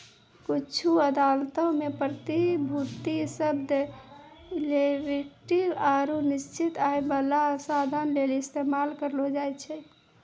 कुछु अदालतो मे प्रतिभूति शब्द इक्विटी आरु निश्चित आय बाला साधन लेली इस्तेमाल करलो जाय छै